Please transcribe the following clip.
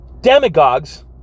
Demagogues